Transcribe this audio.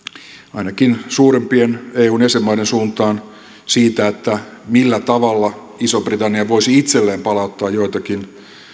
ainakin suurempien eun jäsenmaiden suuntaan siitä millä tavalla iso britannia voisi itselleen palauttaa joitakin